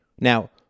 Now